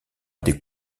des